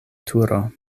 turo